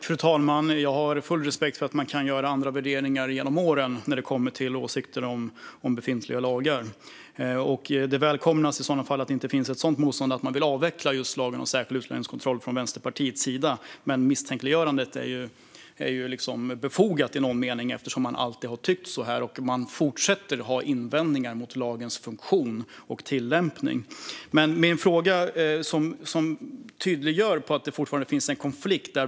Fru talman! Jag har full respekt för att värderingar kan ändras genom åren när det kommer till åsikter om befintliga lagar. Det välkomnas i sådana fall att det inte finns ett sådant motstånd att Vänsterpartiet vill avveckla just lagen om särskild utlänningskontroll. Men misstänkliggörandet är i någon mening befogat, eftersom man alltid har tyckt så och fortsätter att ha invändningar mot lagens funktion och tillämpning. Min fråga tydliggör att det fortfarande finns en konflikt.